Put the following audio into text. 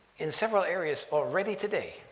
in several areas already today.